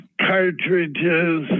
cartridges